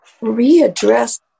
readdress